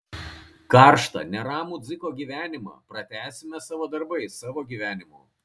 karštą neramų dziko gyvenimą pratęsime savo darbais savo gyvenimu